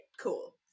Cool